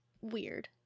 Weird